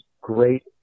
great